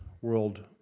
world